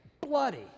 bloody